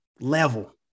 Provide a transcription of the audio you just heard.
level